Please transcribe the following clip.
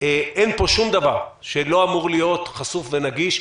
אין פה שום דבר שלא אמור להיות חשוף ונגיש,